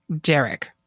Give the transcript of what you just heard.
Derek